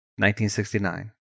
1969